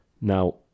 now